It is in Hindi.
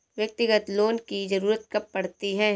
व्यक्तिगत लोन की ज़रूरत कब पड़ती है?